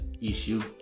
issue